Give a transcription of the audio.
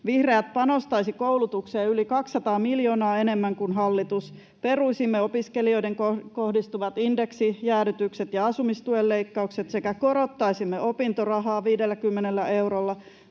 Vihreät panostaisivat koulutukseen yli 200 miljoonaa enemmän kuin hallitus. Peruisimme opiskelijoihin kohdistuvat indeksijäädytykset ja asumistuen leikkaukset sekä korottaisimme opintorahaa 50 eurolla.